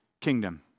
kingdom